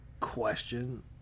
Question